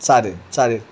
चालेल चालेल